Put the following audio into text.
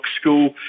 school